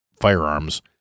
firearms